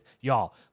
y'all